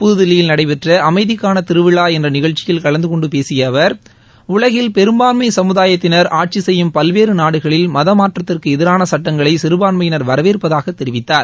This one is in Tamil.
புதுதில்லியில் நடைபெற்ற அமைதிக்கான திருவிழா என்ற நிகழ்ச்சியில் கலந்துகொண்டு பேசிய அவர் உலகில் பெரும்பான்மை சமுதாயத்தினர் ஆட்சி செய்யும் பல்வேறு நாடுகளில் மதமாற்றத்திற்கு எதிரான சட்டங்களை சிறுபான்மையினர் வரவேற்பதாக தெரிவித்தார்